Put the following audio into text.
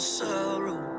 sorrow